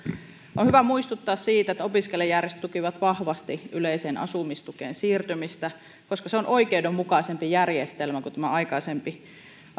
on hyvä muistuttaa siitä että opiskelijajärjestöt tukivat vahvasti yleiseen asumistukeen siirtymistä koska se on oikeudenmukaisempi järjestelmä kuin tämä aikaisempi